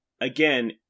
again